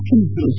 ಮುಖ್ಯಮಂತ್ರಿ ಎಚ್